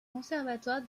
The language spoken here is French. conservatoire